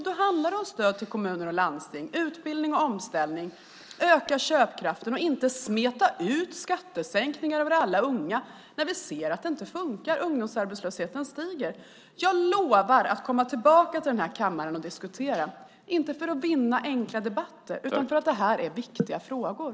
Det handlar om stöd till kommuner och landsting, utbildning och omställning och att öka köpkraften. Det handlar inte om att smeta ut skattesänkningar över alla unga när vi ser att det inte fungerar och ungdomsarbetslösheten stiger. Jag lovar att komma tillbaka till kammaren och diskutera. Det gör jag inte för att vinna enkla debatter utan för att det är viktiga frågor.